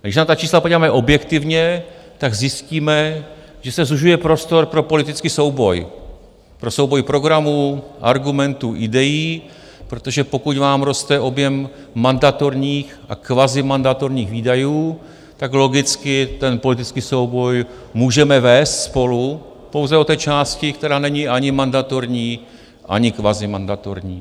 Když se na ta čísla podíváme objektivně, tak zjistíme, že se zužuje prostor pro politický soubor, pro souboj programů, argumentů, ideí, protože pokud vám roste objem mandatorních a kvazimandatorních výdajů, tak logicky ten politický souboj spolu můžeme vést pouze do té částky, která není ani mandatorní, ani kvazimandatorní.